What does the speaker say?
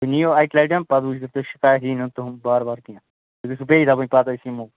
تُہۍ نِیو اَکہِ لَٹٮ۪ن پَتہٕ وُچھِو تُہۍ شِکایَت یِیہِ نہٕ تُہُنٛد بار بار کیٚنٛہہ تُہۍ گژھِو بیٚیہِ وَنٕنۍ پتہٕ أسۍ یِمَو